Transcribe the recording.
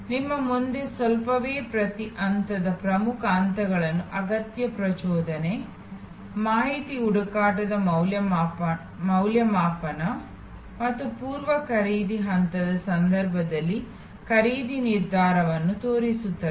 ನಿಮ್ಮ ಮುಂದೆ ಸ್ವಲ್ಪವೇ ಪ್ರತಿ ಹಂತದ ಪ್ರಮುಖ ಹಂತಗಳನ್ನು ಅಗತ್ಯ ಪ್ರಚೋದನೆ ಮಾಹಿತಿ ಹುಡುಕಾಟ ಮೌಲ್ಯಮಾಪನ ಮತ್ತು ಪೂರ್ವ ಖರೀದಿ ಹಂತದ ಸಂದರ್ಭದಲ್ಲಿ ಖರೀದಿ ನಿರ್ಧಾರವನ್ನು ತೋರಿಸುತ್ತದೆ